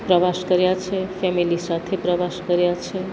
પ્રવાસ કર્યા છે ફેમેલી સાથે પ્રવાસ કર્યા છે